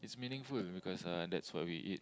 is meaningful because uh that's what we eat